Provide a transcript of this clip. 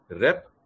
rep